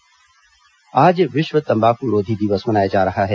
तम्बाकूरोधी दिवस आज विश्व तम्बाकूरोधी दिवस मनाया जा रहा है